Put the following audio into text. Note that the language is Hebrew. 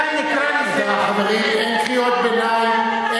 אולי אני אקרא לזה, חברים, אין קריאות ביניים.